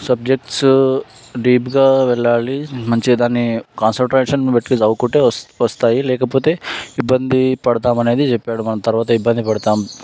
subjects డీప్గా వెళ్ళాలి మంచిగా దాన్ని కాన్సన్ట్రేషన్ పెట్టి చదువుకుంటే వస్తాయి లేకపోతే ఇబ్బంది పడతామనేది చెప్పాడు మనం తర్వాత ఇబ్బంది పడతాం